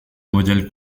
modèle